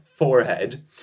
forehead